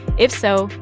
if so,